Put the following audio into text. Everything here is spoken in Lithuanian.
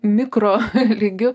mikro lygiu